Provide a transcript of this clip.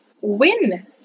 win